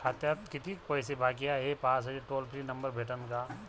खात्यात कितीकं पैसे बाकी हाय, हे पाहासाठी टोल फ्री नंबर भेटन का?